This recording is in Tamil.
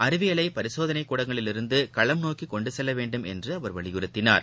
அறிவியலை பரிசோதனைக் கூடங்களிலிருந்து களம் நோக்கி கொண்டு செல்ல வேண்டும் என்று அவர் வலியுறுத்தினார்